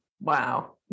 Wow